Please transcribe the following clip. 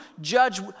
judge